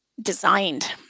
designed